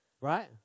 right